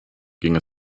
ging